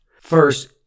First